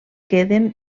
queden